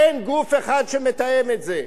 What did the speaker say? אין גוף אחד שמתאם את זה.